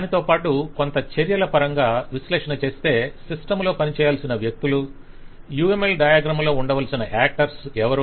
దానితోపాటు కొంత చర్యల పరంగా విశ్లేషణ చేస్తే సిస్టమ్ లో పనిచేయాల్సిన వ్యక్తులు UML డయాగ్రంలో ఉండవలసిన యాక్టర్స్ ఏవరు